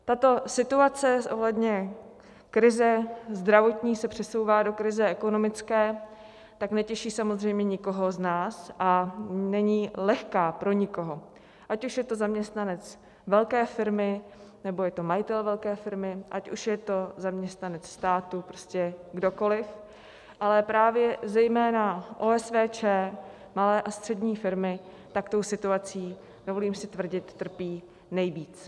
Tato situace ohledně krize zdravotní se přesouvá do krize ekonomické, tak netěší samozřejmě nikoho z nás a není lehká pro nikoho, ať už je to zaměstnanec velké firmy, nebo je to majitel velké firmy, ať už je to zaměstnanec státu, prostě kdokoliv, ale právě zejména OSVČ, malé a střední firmy tou situací, dovolím si tvrdit, trpí nejvíc.